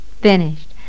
finished